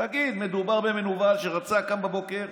תגיד שמדובר במנוול שקם בבוקר